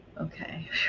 Okay